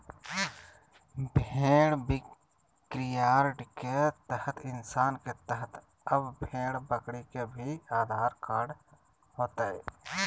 भेड़ बिक्रीयार्ड के तहत इंसान के तरह अब भेड़ बकरी के भी आधार कार्ड होतय